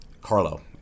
Carlo